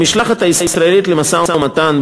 המשלחת הישראלית למשא-ומתן,